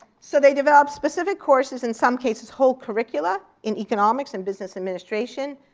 so they developed specific courses in some cases, whole curricula in economics and business administration.